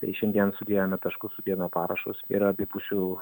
ir šiandien sudėjome taškus sudėjome parašus ir abipusiu